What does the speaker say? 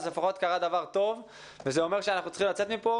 אז לפחות קרה דבר טוב וזה אומר שאנחנו צריכים לצאת מכאן,